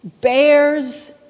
bears